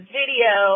video